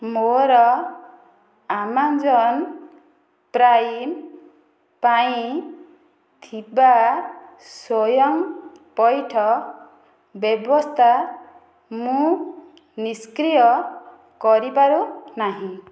ମୋର Amazon Prime ପାଇଁ ଥିବା ସ୍ଵୟଂ ପଇଠ ବ୍ୟବସ୍ଥା ମୁଁ ନିଷ୍କ୍ରିୟ କରିପାରୁନାହିଁ